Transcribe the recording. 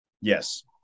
Yes